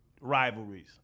rivalries